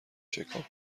چکاپ